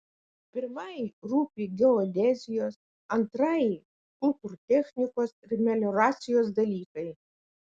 pirmajai rūpi geodezijos antrajai kultūrtechnikos ir melioracijos dalykai